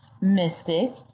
Mystic